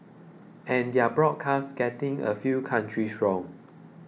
and their broadcast getting a few countries wrong